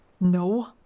No